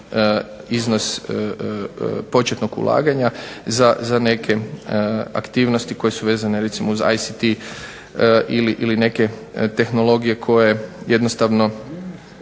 iznos početnog ulaganja za neke aktivnosti koje su vezane uz ICT ili neke tehnologije koje jednostavno